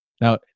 Now